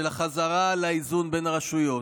של החזרה לאיזון בין הרשויות.